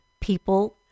people